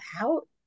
out